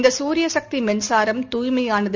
இந்த சூரியசக்தி மின்சாரம் தூய்மையானது